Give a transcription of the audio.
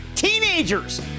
Teenagers